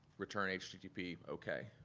return http okay.